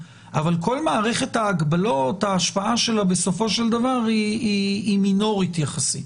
אבל ההשפעה של כל מערכת ההגבלות בסופו של דבר היא מינורית יחסית.